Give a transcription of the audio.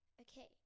okay